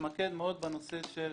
שמתמקד בנושא של